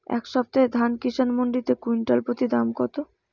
এই সপ্তাহে ধান কিষান মন্ডিতে কুইন্টাল প্রতি দাম কত?